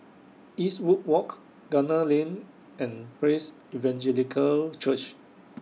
Eastwood Walk Gunner Lane and Praise Evangelical Church